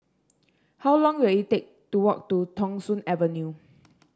how long will it take to walk to Thong Soon Avenue